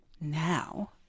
now